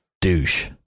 douche